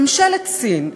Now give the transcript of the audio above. ממשלת סין,